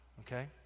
Okay